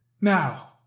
Now